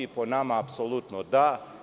Po nama, apsolutno da.